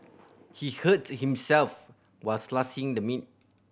he hurt himself while slicing the meat